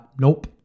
nope